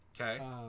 Okay